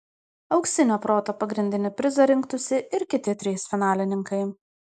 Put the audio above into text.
auksinio proto pagrindinį prizą rinktųsi ir kiti trys finalininkai